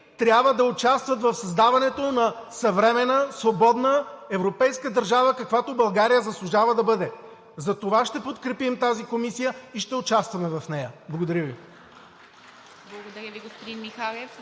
трябва да участват в създаването на съвременна, свободна, европейска държава, каквато България заслужава да бъде. Затова ще подкрепим тази комисия и ще участваме в нея. Благодаря Ви.